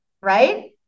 Right